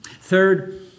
Third